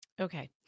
Okay